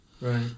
Right